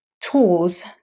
tools